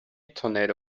tornado